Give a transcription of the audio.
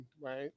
right